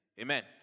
Amen